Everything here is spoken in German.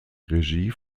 regie